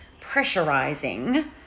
pressurizing